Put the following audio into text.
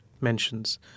mentions